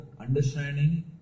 understanding